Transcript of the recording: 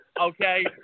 okay